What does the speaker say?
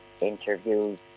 interviews